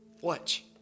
watch